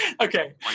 okay